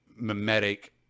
mimetic